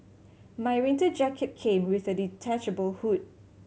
my winter jacket came with a detachable hood